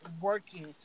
working